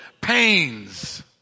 pains